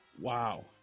Wow